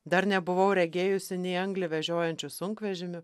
dar nebuvau regėjusi nei anglį vežiojančių sunkvežimių